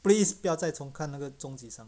please 不要再从看那个中集三